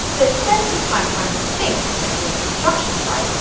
but spend some time trying to think next to a construction site,